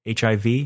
HIV